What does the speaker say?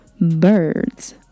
Birds